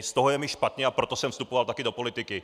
Z toho je mi špatně, a proto jsem vstupoval taky do politiky!